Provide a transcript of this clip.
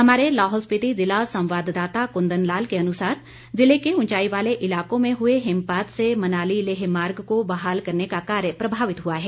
हमारे लाहौल स्पीति ज़िला संवाददाता कुंदन लाल के अनुसार ज़िले के ऊंचाई वाले इलाकों में हुए हिमपात से मनाली लेह मार्ग को बहाल करने का कार्य प्रभावित हुआ है